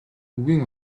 үгийн